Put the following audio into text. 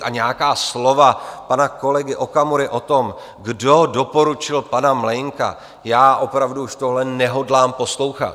A nějaká slova pana kolegy Okamury o tom, kdo doporučil pana Mlejnka já opravdu už tohle nehodlám poslouchat.